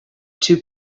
two